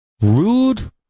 Rude